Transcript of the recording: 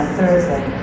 thursday